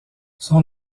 son